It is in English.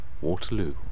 Waterloo